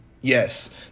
Yes